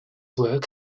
work